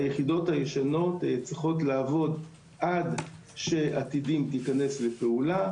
היחידות הישנות צריכות לעבוד עד שעתידים תיכנס לפעולה.